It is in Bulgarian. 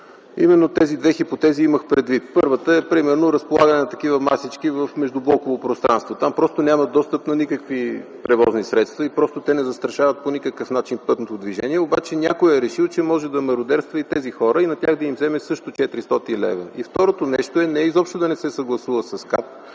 господин Цветанов, именно тези две хипотези имах предвид. Първата е примерно разполагането на такива масички в междублоковото пространство. Там просто няма достъп до никакви превозни средства и те по никакъв начин не застрашават пътното движение, обаче някой е решил, че може да мародерства и тези хора и да им вземе също 400 лв. Второто нещо е не изобщо да не се съгласува с КАТ.